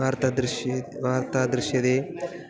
वार्ता दृश्येत वार्ता दृश्यते